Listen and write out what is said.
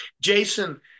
Jason